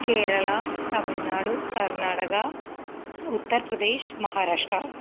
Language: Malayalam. കേരളം തമിഴ്നാട് കര്ണാടക ഉത്തര്പ്രദേശ് മഹാരാഷ്ട